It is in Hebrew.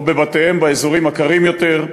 או בבתיהם באזורים הקרים יותר,